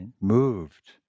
moved